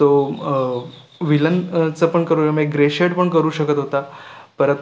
तो व्हिलन चं पण करू शं मे ग्रे शेड पण करू शकत होता परत